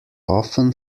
often